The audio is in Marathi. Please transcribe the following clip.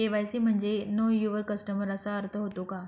के.वाय.सी म्हणजे नो यूवर कस्टमर असा अर्थ होतो का?